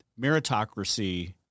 meritocracy